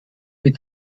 mit